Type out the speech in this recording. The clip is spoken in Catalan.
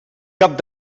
cap